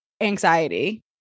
Anxiety